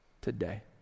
today